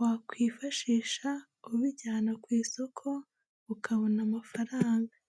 wakwifashisha ubijyana ku isoko ukabona amafaranga.